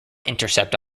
intercept